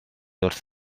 wrth